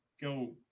go